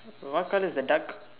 what colour is the duck